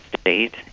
state